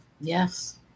Yes